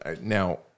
now